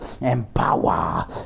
empower